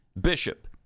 bishop